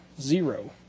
Zero